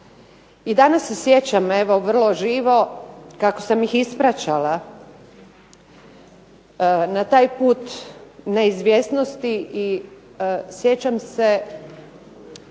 I danas se sjećam evo vrlo živo kako sam ih ispraćala na taj put neizvjesnosti i sjećam se